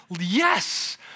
yes